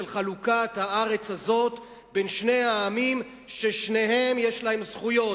של חלוקת הארץ הזאת בין שני העמים ששניהם יש להם זכויות